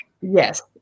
Yes